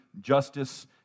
justice